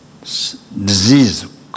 disease